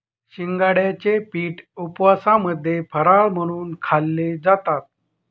शिंगाड्याचे पीठ उपवासामध्ये फराळ म्हणून खाल्ले जातात